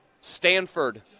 Stanford